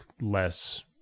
less